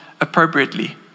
appropriately